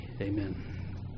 amen